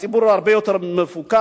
הציבור הרבה יותר מפוקח,